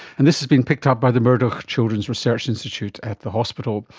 and this has been picked up by the murdoch children's research institute at the hospital.